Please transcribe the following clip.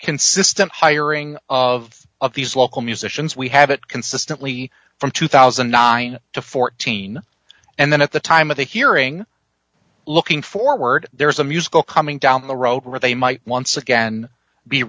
consistent hiring of of these local musicians we have it consistently from two thousand and nine to fourteen and then at the time of the hearing looking forward there is a musical coming down the road where they might once again be